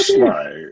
right